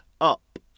up